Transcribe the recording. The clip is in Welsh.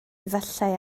efallai